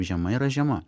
žiema yra žiema